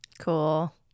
Cool